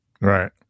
Right